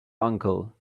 uncle